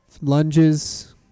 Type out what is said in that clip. lunges